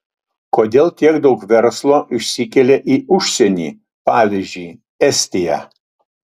kodėl tiek daug verslo išsikelia į užsienį pavyzdžiui estiją